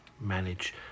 manage